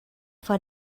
for